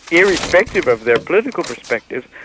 irrespective of their political perspectives,